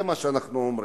זה מה שאנחנו אומרים.